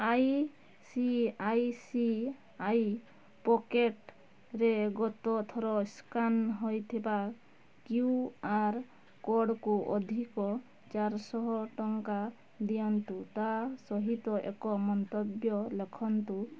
I C I C I ପକେଟ୍ରେ ଗତ ଥର ସ୍କାନ୍ ହୋଇଥିବା କ୍ୟୁ ଆର୍ କୋଡ଼୍କୁ ଅଧିକ ଚାରିଶହ ଟଙ୍କା ଦିଅନ୍ତୁ ତା ସହିତ ଏକ ମନ୍ତବ୍ୟ ଲେଖନ୍ତୁ